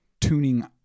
tuning